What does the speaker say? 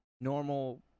normal